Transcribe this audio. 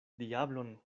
diablon